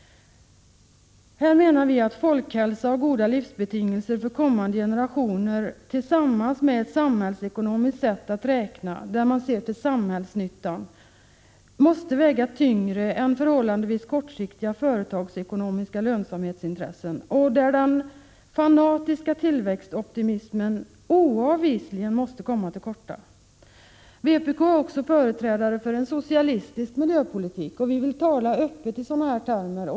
Vi menar att folkhälsa och goda livsbetingelser för kommande generationer tillsammans med ett samhällsekonomiskt sätt att räkna, där man ser till samhällsnyttan, måste väga tyngre än förhållandevis kortsiktiga företagsekonomiska lönsamhetsintressen och där den fanatiska tillväxtoptimismen oavvisligen måste komma till korta. Vpk är också företrädare för en socialistisk miljöpolitik, och vi vill tala Öppet i sådana termer.